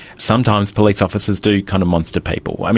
sometimes police officers do kind of monster people.